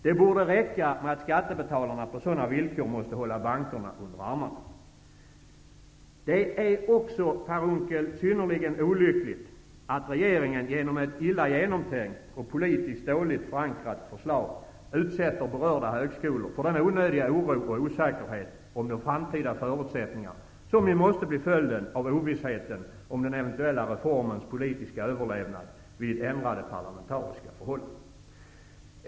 Det borde räcka med att skattebetalarna på sådana villkor måste hålla bankerna under armarna. Det är också, Per Unckel, synnerligen olyckligt att regeringen genom ett illa genomtänkt och politiskt dåligt förankrat förslag utsätter berörda högskolor för den onödiga oro och osäkerhet om de framtida förutsättningarna som måste bli följden av ovissheten om den eventuella reformens politiska överlevnad vid ändrade parlamentariska förhållanden.